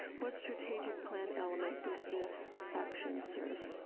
what strategic plan element does this action serve?